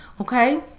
Okay